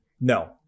No